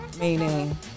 Meaning